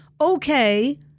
okay